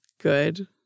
good